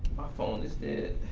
phone is dead.